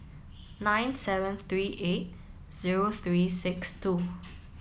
nine seven three eight zero three six two